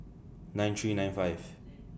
nine three nine five